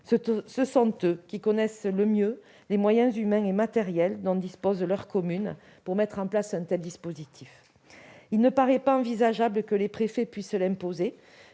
Ce sont eux qui connaissent le mieux les moyens humains et matériels dont dispose leur commune pour mettre en place un tel dispositif. Il ne paraît pas envisageable que les préfets puissent l'imposer,